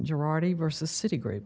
girardi versus city great